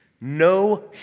No